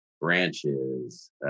branches